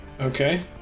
Okay